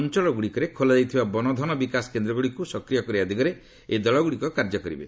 ଅଞ୍ଚଳଗୁଡ଼ିକରେ ଖୋଲାଯାଇଥିବା ବନଧନ ବିକାଶ କେନ୍ଦ୍ରଗୁଡ଼ିକୁ ସକ୍ରିୟ କରିବା ଦିଗରେ ଏହି ଦଳଗୁଡ଼ିକ କାର୍ଯ୍ୟ କରିବେ